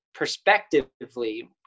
Perspectively